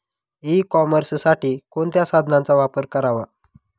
E कॉमर्ससाठी कोणत्या साधनांचा वापर करावा?